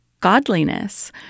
godliness